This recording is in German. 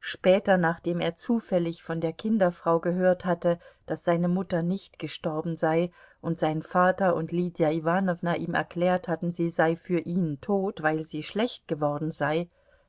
später nachdem er zufällig von der kinderfrau gehört hatte daß seine mutter nicht gestorben sei und sein vater und lydia iwanowna ihm erklärt hatten sie sei für ihn tot weil sie schlecht geworden sei